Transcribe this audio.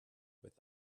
with